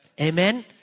Amen